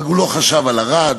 אבל הוא לא חשב על ערד,